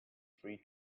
free